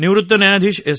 निवृत्त न्यायाधीश एस